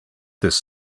this